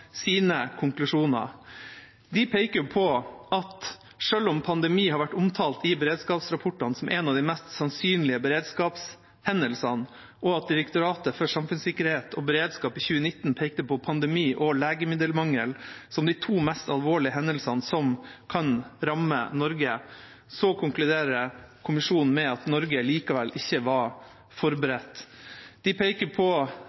sine konklusjoner. Kommisjonen peker på og konkluderer med at selv om pandemi har vært omtalt i beredskapsrapportene som en av de mest sannsynlige beredskapshendelsene, og at Direktoratet for samfunnssikkerhet og beredskap i 2019 pekte på pandemi og legemiddelmangel som de to mest alvorlige hendelsene som kan ramme Norge, var Norge likevel ikke forberedt. De peker på alvorlig svikt i forberedelser for pandemi, bl.a. på